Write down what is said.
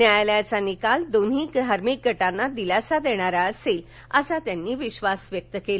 न्यायालयाचा निकाल दोन्ही धार्मिक गटांना दिलासा देणारा असेल असा विश्वास त्यांनी व्यक्त केला